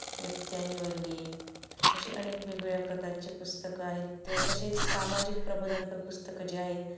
व्यक्ती आणि वल्ली अशी अनेक वेगवेगळ्या प्रकारचे पुस्तकं आहेत त्या तसेच सामाजिक प्रबोधनपर पुस्तकं जे आहेत